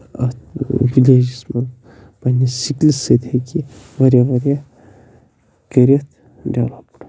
اَتھ وِلیجَس منٛز پَنٛنہِ سِکلہِ سۭتۍ ہیٚکہِ یہِ واریاہ واریاہ کٔرِتھ ڈٮ۪ولَپٕڈ